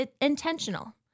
intentional